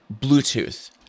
Bluetooth